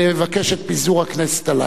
לבקש את פיזור הכנסת הלילה.